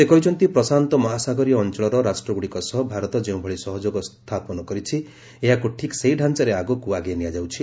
ସେ କହିଛନ୍ତି ପ୍ରଶାନ୍ତମହାସାଗରୀୟ ଅଞ୍ଚଳର ରାଷ୍ଟ୍ରଗୁଡ଼ିକ ସହ ଭାରତ ଯେଉଁଭଳି ସହଯୋଗ ସ୍ଥାପନ କରିଛି ଏହାକୁ ଠିକ୍ ସେହି ଢ଼ାଞ୍ଚାରେ ଆଗକ୍ତ ଆଗେଇ ନିଆଯାଉଛି